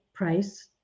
price